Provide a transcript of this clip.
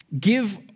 give